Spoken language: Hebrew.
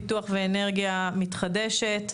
פיתוח ואנרגיה מתחדשת.